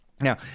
Now